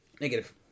Negative